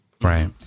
Right